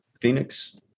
Phoenix